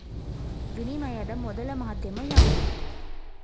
ವಿನಿಮಯದ ಮೊದಲ ಮಾಧ್ಯಮ ಯಾವ್ದು